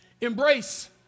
Embrace